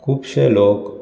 खूबशें लोक